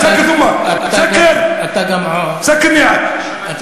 סאכר (אומר מילים בשפה הערבית),